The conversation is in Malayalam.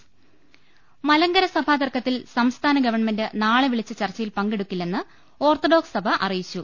രുട്ട്ട്ട്ട്ട്ട്ട്ട മലങ്കര സഭാതർക്കത്തിൽ സംസ്ഥാന ഗവൺമെന്റ് നാളെ വിളിച്ച ചർച്ചയിൽ പങ്കെടുക്കില്ലെന്ന് ഓർത്തഡോക്സ് സഭ അറിയിച്ചു